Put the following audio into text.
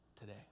today